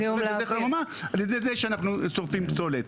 חממה על ידי זה שאנחנו שורפים פסולת.